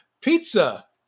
pizza